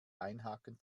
einhaken